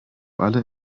alle